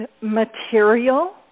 material